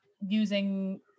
using